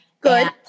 Good